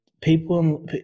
people